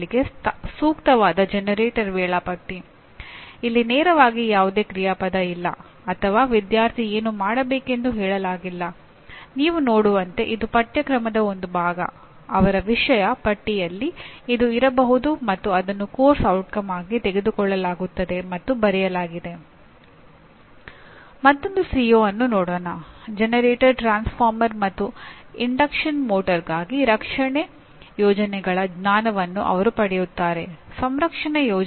ನಾನು ಏನನ್ನಾದರೂ ಕಲಿಸುವಾಗ ನನ್ನ ಪಠ್ಯಕ್ರಮಕ್ಕೆ ಪ್ರವೇಶಿಸುವ ವಿದ್ಯಾರ್ಥಿಯು ಏನನ್ನಾದರೂ ತಿಳಿದುಕೊಂಡಿರಬೇಕು ಅಗತ್ಯವಾದ ಹಿನ್ನೆಲೆ ಪಡೆದುಕೊಂಡಿರಬೇಕು ಅಥವಾ ಅಗತ್ಯವಾದ ಪೂರ್ವಾಪೇಕ್ಷಿತಗಳನ್ನು ಹೊಂದಿರಬೇಕು ಎಂದು ನಾನು ನಿರೀಕ್ಷಿಸುತ್ತಿದ್ದೇನೆ